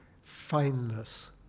fineness